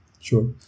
sure